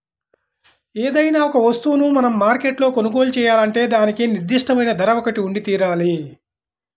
ఏదైనా ఒక వస్తువును మనం మార్కెట్లో కొనుగోలు చేయాలంటే దానికి నిర్దిష్టమైన ధర ఒకటి ఉండితీరాలి